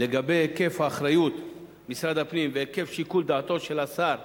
לגבי היקף אחריות משרד הפנים והיקף שיקול דעתו של השר